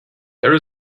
there